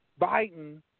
Biden